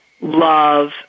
love